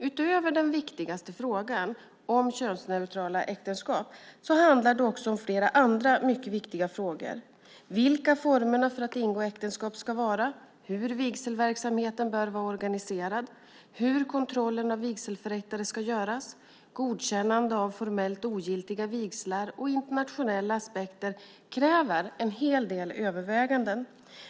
Utöver den viktigaste frågan om könsneutrala äktenskap handlar det också om flera andra mycket viktiga frågor: vilka formerna för att ingå äktenskap ska vara, hur vigselverksamheten bör vara organiserad, hur kontrollen av vigselförrättare ska göras, godkännande av formellt ogiltiga vigslar och internationella aspekter kräver en hel del överväganden.